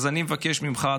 אז אני מבקש ממך,